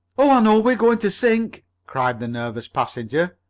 oh, i know we're going to sink! cried the nervous passenger.